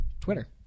Twitter